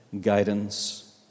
guidance